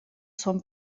són